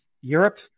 Europe